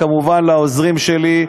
וכמובן לעוזרים שלי,